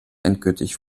endgültig